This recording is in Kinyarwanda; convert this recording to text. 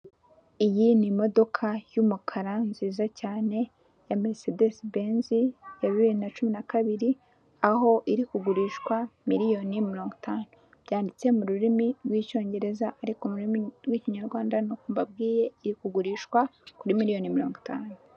Iyi ni imodoka y'umukara nziza cyane ya Merisedesi benzi ya bibiri na cumi na kabiri, aho iri kugurishwa miliyoni mirongo itanu. Byanditse mu rurimi rw'icyongereza ariko mu rurimi rw'ikinyarwanda nkuko mbabwiye iri kugurishwa kuri miliyoni mirongo itanu.